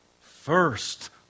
first